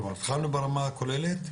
כלומר התחלנו ברמה הכוללת,